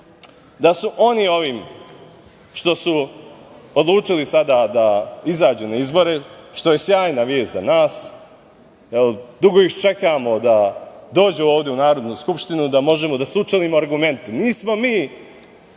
da su oni ovim što su odlučili sada da izađu na izbore, što je sjajna vest za nas, jel dugo ih čekamo da dođu ovde u Narodnu skupštinu, da možemo da suočimo argument. Nismo mi